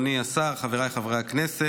אדוני היושב-ראש, אדוני השר, חבריי חברי הכנסת,